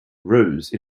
rose